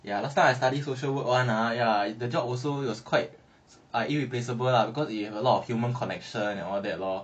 ya last time I study social work [one] ah ya the job also it was quite ah irreplaceable lah because you have a lot of human connection and all that lor